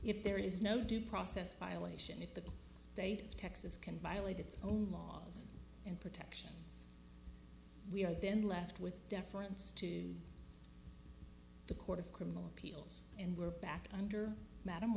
if there is no due process violation if the state of texas can violate its own laws and protection we are den left with deference to the court of criminal appeals and we're back under madam